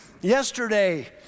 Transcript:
Yesterday